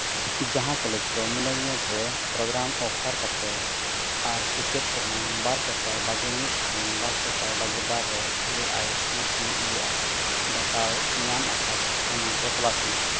ᱡᱟᱦᱟᱸ ᱠᱚᱞᱮᱡᱽ ᱠᱚ ᱢᱮᱱᱮᱡᱽᱢᱮᱱᱴ ᱨᱮ ᱯᱨᱳᱜᱨᱟᱢ ᱚᱯᱷᱟᱨ ᱠᱟᱛᱮ ᱟᱨ ᱥᱮᱪᱮᱫ ᱥᱮᱨᱢᱟ ᱵᱟᱨ ᱥᱟᱥᱟᱭ ᱵᱟᱜᱮ ᱢᱤᱫ ᱠᱷᱚᱱ ᱵᱟᱨ ᱥᱟᱥᱟᱭ ᱵᱟᱜᱮ ᱵᱟᱨ ᱨᱮ A I C T E ᱟᱜ ᱵᱟᱛᱟᱣ ᱮ ᱧᱟᱢ ᱟᱠᱟᱫ ᱚᱱᱟ ᱠᱚ ᱛᱚᱞᱟᱥ ᱢᱮ